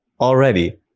already